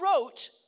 wrote